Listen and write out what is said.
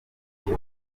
gihe